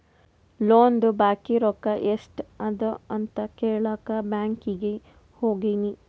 ಲೋನ್ದು ಬಾಕಿ ರೊಕ್ಕಾ ಎಸ್ಟ್ ಅದ ಅಂತ ಕೆಳಾಕ್ ಬ್ಯಾಂಕೀಗಿ ಹೋಗಿನಿ